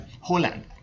Holland